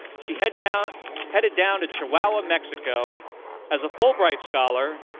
she headed down headed down to chihuahua, mexico as a fulbright scholar,